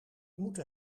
moeten